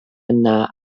yna